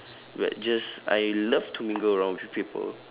but just I love to mingle around with people